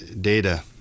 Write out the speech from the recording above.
data